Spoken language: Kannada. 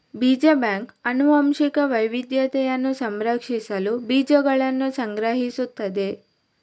ಬೀಜ ಬ್ಯಾಂಕ್ ಆನುವಂಶಿಕ ವೈವಿಧ್ಯತೆಯನ್ನು ಸಂರಕ್ಷಿಸಲು ಬೀಜಗಳನ್ನು ಸಂಗ್ರಹಿಸುತ್ತದೆ